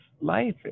life